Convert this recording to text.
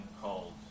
called